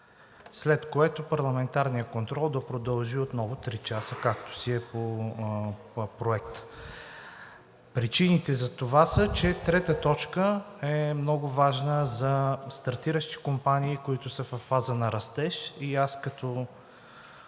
след което парламентарният контрол да продължи отново три часа, както е Програмата. Причините за това са, че т. 3 е много важна за стартиращи компании, които са във фаза на растеж, и аз като